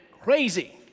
crazy